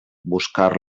buscar